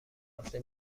هفته